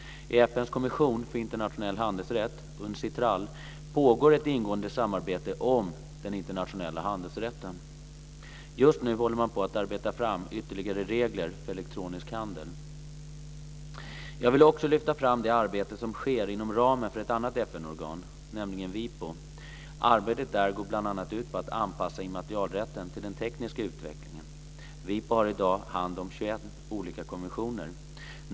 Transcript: I FN:s kommission för internationell handelsrätt, Uncitral, pågår ett ingående samarbete om den internationella handelsrätten. Just nu håller man på att arbeta fram ytterligare regler för elektronisk handel. Jag vill också lyfta fram det arbete som sker inom ramen för ett annat FN-organ, nämligen WIPO. Arbetet där går bl.a. ut på att anpassa immaterialrätten till den tekniska utvecklingen. WIPO har i dag hand om 21 olika konventioner.